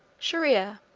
shier-ear,